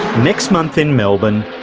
next month in melbourne,